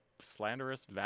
slanderous